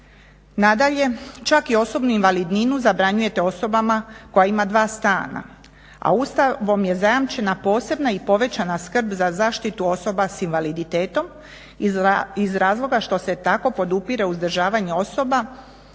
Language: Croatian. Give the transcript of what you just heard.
Nadalje, čak i osobnu invalidninu zabranjujete osobama koja ima dva stana, a Ustavom je zajamčena posebna i povećana skrb za zaštitu osoba s invaliditetom iz razloga što se tako podupire uzdržavanje osoba